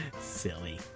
Silly